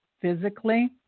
physically